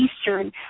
Eastern